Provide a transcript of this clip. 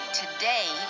today